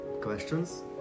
questions